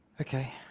Okay